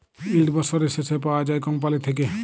yield বসরের শেষে পাউয়া যায় কম্পালির থ্যাইকে